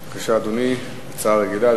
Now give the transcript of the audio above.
בבקשה, אדוני, הצעה רגילה.